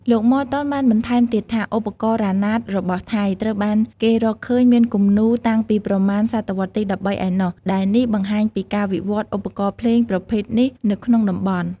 លោក ម័រតុន បានបន្ថែមទៀតថា ឧបករណ៍រ៉ាណាតរបស់ថៃ ត្រូវបានគេរកឃើញមានគំនូរតាំងពីប្រមាណសតវត្សរ៍ទី១៣ ឯណោះ ដែលនេះបង្ហាញពីការវិវឌ្ឍនៃឧបករណ៍ភ្លេងប្រភេទនេះនៅក្នុងតំបន់។